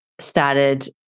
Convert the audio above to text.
started